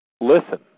Listen